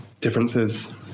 differences